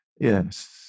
Yes